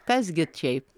kas gi šiaip